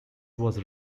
was